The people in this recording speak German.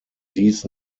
dies